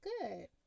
good